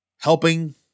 Helping